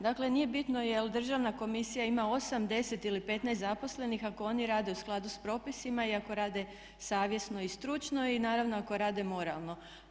Dakle, nije bitno jel' Državna komisija ima 8, 10 ili 15 zaposlenih ako oni rade u skladu s propisima i ako rade savjesno i stručno i naravno ako rade moralno.